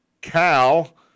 Cal